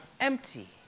empty